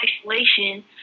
isolation